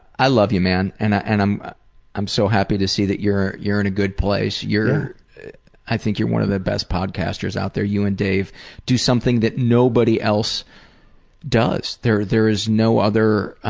i love you man. and ah and i'm i'm so happy to see that you're you're in a good place. you're i think you're one of the best podcasters out there, you and dave do something that nobody else does. there there is no other